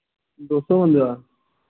दो सौ बंदें दा